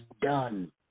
done